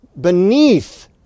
beneath